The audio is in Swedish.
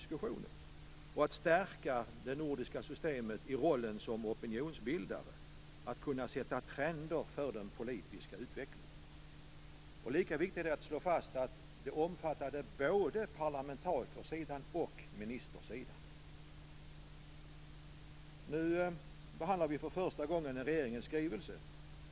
Syftet var också att stärka det nordiska systemet i rollen som opinionsbildare och att kunna sätta trender för den politiska utvecklingen. Lika viktigt är att slå fast att det här omfattade både parlamentarikersidan och ministersidan. Nu behandlar vi för första gången en regeringsskrivelse.